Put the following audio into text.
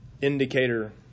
indicator